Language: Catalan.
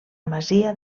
masia